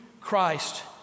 Christ